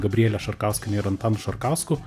gabriele šarkauskiene ir antanu šarkausku